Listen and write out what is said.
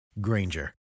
Granger